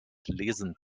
lesen